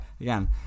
again